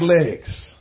legs